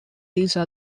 lisa